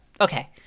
Okay